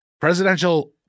Presidential